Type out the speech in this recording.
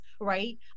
right